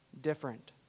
different